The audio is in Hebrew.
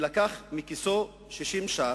לקח מכיסו 60 שקלים,